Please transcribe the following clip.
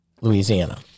Louisiana